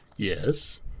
Yes